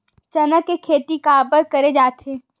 चना के खेती काबर करे जाथे?